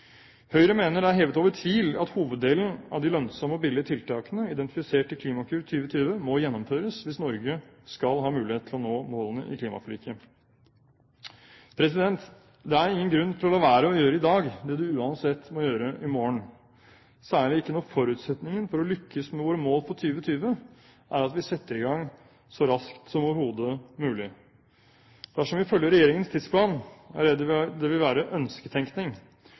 Høyre mener det er hevet over tvil at hoveddelen av de lønnsomme og billige tiltakene identifisert i Klimakur 2020 må gjennomføres, hvis Norge skal ha mulighet til å nå målene i klimaforliket. Det er ingen grunn til å la være å gjøre i dag det du uansett må gjøre i morgen – særlig ikke når forutsetningen for å lykkes med våre mål for 2020 er at vi setter i gang så raskt som overhodet mulig. Dersom vi følger regjeringens tidsplan, er jeg redd det vil være ønsketenkning